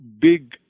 big